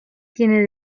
tiene